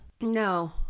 No